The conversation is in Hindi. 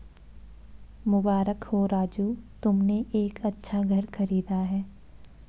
मुबारक हो राजू तुमने एक अच्छा घर खरीदा है